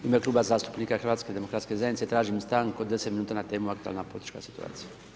U ime Kluba zastupnika HDZ-a tražim stanku od 10 minuta na temu aktualna politička situacija.